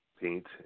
paint